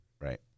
right